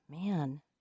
Man